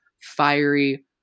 fiery